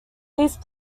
these